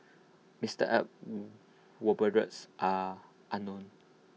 Mister Aye's whereabouts are unknown